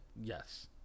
Yes